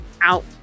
out